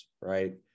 right